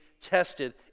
tested